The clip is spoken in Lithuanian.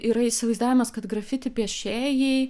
yra įsivaizdavimas kad grafiti piešėjai